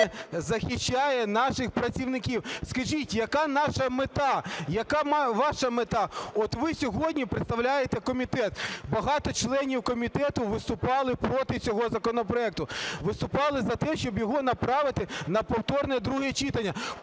захищає наших працівників. Скажіть, яка наша мета… яка ваша мета? От ви сьогодні представляєте комітет, багато членів комітету виступали проти цього законопроекту, виступали за те, щоб його направити на повторне друге читання.